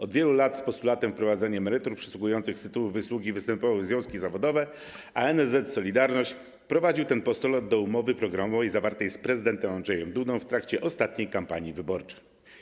Od wielu lat z postulatem wprowadzenia emerytur przysługujących z tytułu wysługi występowały związki zawodowe, a NSZZ „Solidarność” wprowadził ten postulat do umowy programowej zawartej z prezydentem Andrzejem Dudą w trakcie ostatniej kampanii wyborczej.